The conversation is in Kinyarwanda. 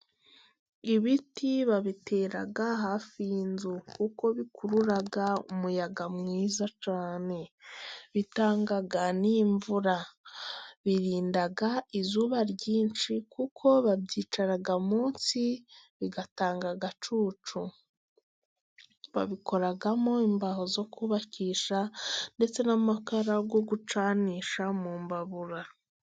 Ibiti babitera hafi y'inzu, kuko bikurura umuyaga mwiza cyane, bitanga n'imvura birinda izuba ryinshi kuko babyicara munsi bitanga agacucu, babikoramo imbaho zo kubakisha ndetse n'amakara yo gucanisha mu mbabura.